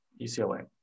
UCLA